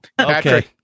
okay